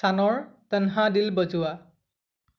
ছানৰ তনহা দিল বজোৱা